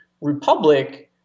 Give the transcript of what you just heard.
republic